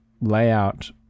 layout